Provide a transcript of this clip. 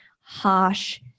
harsh